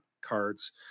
cards